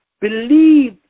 Believe